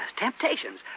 temptations